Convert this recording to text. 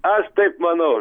aš taip manau